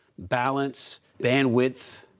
balance, bandwidth,